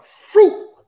fruit